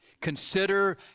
Consider